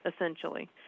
essentially